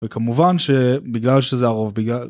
וכמובן שבגלל שזה הרוב בגלל.